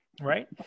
Right